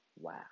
Wow